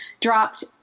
dropped